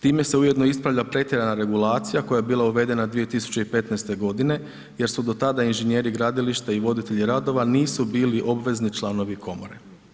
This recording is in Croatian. Time se ujedno ispravlja pretjerana regulacija koja je bila uvedena 2015. g. jer su do tada inženjeri gradilišta i voditelji radova nisu bili obvezni članovi komore.